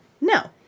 No